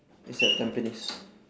it's at tampines